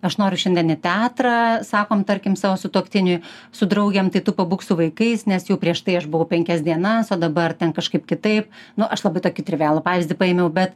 aš noriu šiandien į teatrą sakom tarkim savo sutuoktiniui su draugėm tai tu pabūk su vaikais nes jau prieš tai aš buvau penkias dienas o dabar ten kažkaip kitaip nu aš labai tokį trivialų pavyzdį paėmiau bet